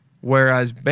Whereas